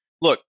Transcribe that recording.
look